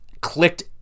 clicked